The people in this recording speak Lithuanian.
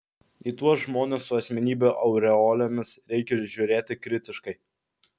į tuos žmones su asmenybių aureolėmis reikia žiūrėti kritiškai